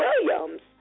Williams